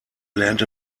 lernte